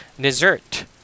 Dessert